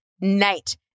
night